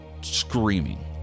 screaming